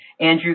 Andrew